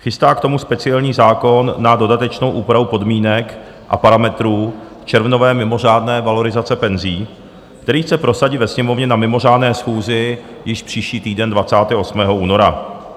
Chystá k tomu speciální zákon na dodatečnou úpravu podmínek a parametrů červnové mimořádné valorizace penzí, který chce prosadit ve Sněmovně na mimořádné schůzi již příští týden 28. února.